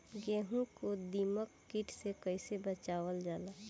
गेहूँ को दिमक किट से कइसे बचावल जाला?